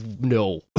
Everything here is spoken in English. No